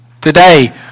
today